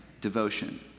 devotion